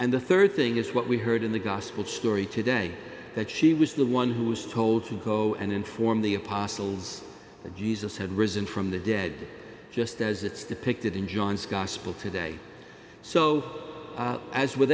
and the rd thing is what we heard in the gospel story today that she was the one who was told to go and inform the apostles of jesus had risen from the dead just as it's depicted in john's gospel today so as with